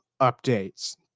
updates